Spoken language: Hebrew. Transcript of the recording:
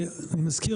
אני מזכיר,